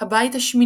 הבית ה-8